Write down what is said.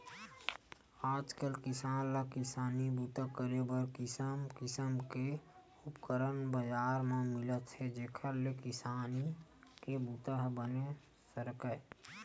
आज किसान ल किसानी बूता करे बर किसम किसम के उपकरन बजार म मिलत हे जेखर ले किसानी के बूता ह बने सरकय